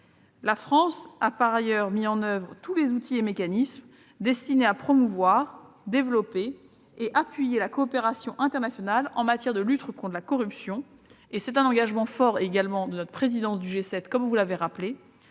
La France a par ailleurs créé tous les outils et mécanismes destinés à promouvoir, à développer et à appuyer la coopération internationale en matière de lutte contre la corruption- c'est également un engagement fort de notre présidence du G7, vous l'avez rappelé